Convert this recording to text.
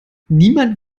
niemand